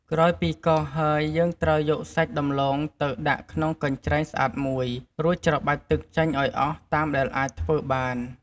ក្រោយពីកោសហើយ យើងត្រូវយកសាច់ដំឡូងទៅដាក់ក្នុងកញ្ច្រែងស្អាតមួយ រួចច្របាច់ទឹកចេញឱ្យអស់តាមដែលអាចធ្វើបាន។